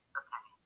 okay